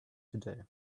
today